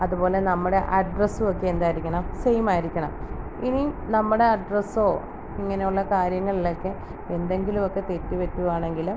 അതുപോലെ നമ്മുടെ അഡ്രസ്സുവക്കെ എന്തായിരിക്കണം സെയിമായിരിക്കണം ഇനി നമ്മുടെ അഡ്രസ്സോ ഇങ്ങനുള്ള കാര്യങ്ങൾളക്കെ എന്തെങ്കിലും ഒക്കെ തെറ്റ് പറ്റുവാണെങ്കിൽ